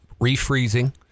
refreezing